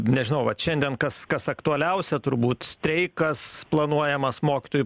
nežinau vat šiandien kas kas aktualiausia turbūt streikas planuojamas mokytojų